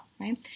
right